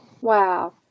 Wow